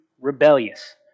rebellious